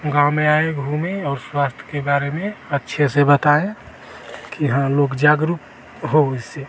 गाँव में आएं घूमें और स्वास्थ्य के बारे में अच्छे से बताएं कि हाँ लोग जागरूक हों इससे